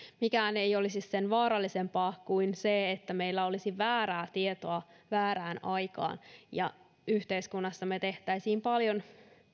mikään ei olisi sen vaarallisempaa kuin se että meillä olisi väärää tietoa väärään aikaan ja yhteiskunnassa me tekisimme myöskin paljon